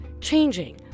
changing